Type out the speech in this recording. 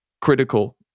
critical